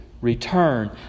return